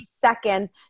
seconds